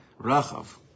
Rachav